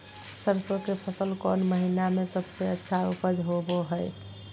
सरसों के फसल कौन महीना में सबसे अच्छा उपज होबो हय?